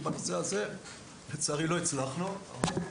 כי לצערי לא הצלחנו בנושא הזה.